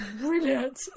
brilliant